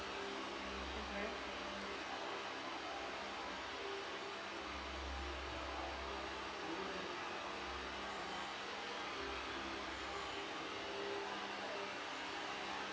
mmhmm